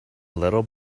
little